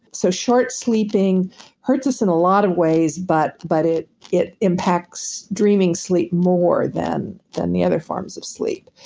so, short sleeping hurts us in a lot of ways, but but it it impacts dreaming sleep more than than the other forms of sleep.